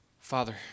Father